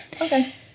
Okay